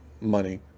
money